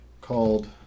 called